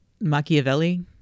Machiavelli